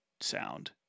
sound